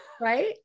right